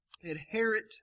inherit